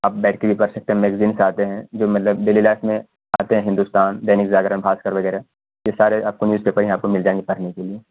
آپ بیٹھ کے بھی پڑھ سکتے ہیں میگزینس آتے ہیں جو مطلب ڈیلی لائف میں آتے ہیں ہندوستان دینک جاگرن بھاسکر وغیرہ یہ سارے آپ کو نیوز پیپر آپ کو یہاں پر مل جائیں گے پڑھنے کے لیے